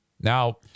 Now